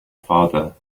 father